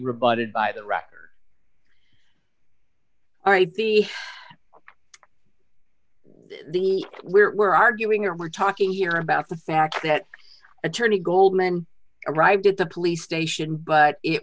rebutted by the record all right the the we're arguing and we're talking here about the fact that attorney goldman arrived at the police station but it